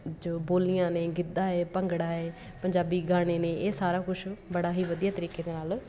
ਜੋ ਬੋਲੀਆਂ ਨੇ ਗਿੱਧਾ ਹੈ ਭੰਗੜਾ ਹੈ ਪੰਜਾਬੀ ਗਾਣੇ ਨੇ ਇਹ ਸਾਰਾ ਕੁਛ ਬੜਾ ਹੀ ਵਧੀਆ ਤਰੀਕੇ ਦੇ ਨਾਲ